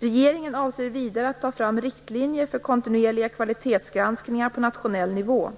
Regeringen avser vidare att ta fram riktlinjer för kontinuerliga kvalitetsgranskningar på nationell nivå.